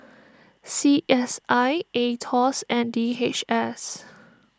C S I Aetos and D H S